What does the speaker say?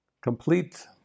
complete